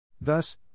Thus